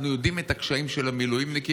אנחנו יודעים את הקשיים של המילואימניקים?